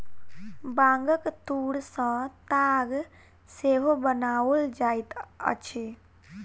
बांगक तूर सॅ ताग सेहो बनाओल जाइत अछि